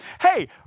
Hey